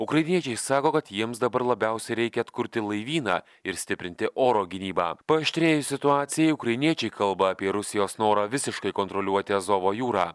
ukrainiečiai sako kad jiems dabar labiausiai reikia atkurti laivyną ir stiprinti oro gynybą paaštrėjus situacijai ukrainiečiai kalba apie rusijos norą visiškai kontroliuoti azovo jūrą